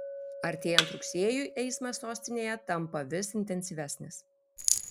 artėjant rugsėjui eismas sostinėje tampa vis intensyvesnis